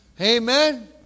Amen